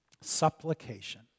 Supplication